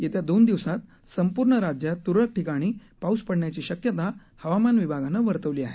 येत्या दोन दिवसात संपूर्ण राज्यात त्रळक ठिकाणी पाऊस पडण्याची शक्यता हवामान विभागानं वर्तवली आहे